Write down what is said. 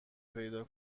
پیدا